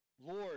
Lord